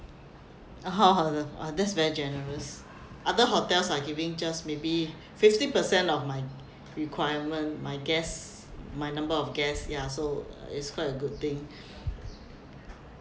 that's very generous other hotels are giving just maybe fifteen percent of my requirement my guests my number of guests ya so it's quite a good thing